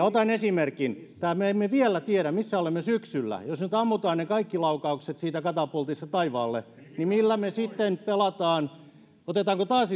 otan esimerkin me emme vielä tiedä missä olemme syksyllä jos nyt ammutaan kaikki laukaukset siitä katapultista taivaalle millä me sitten pelaamme otetaanko taas